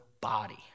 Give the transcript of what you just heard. body